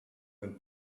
than